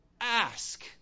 ask